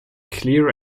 clear